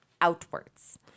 outwards